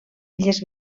illes